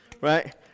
Right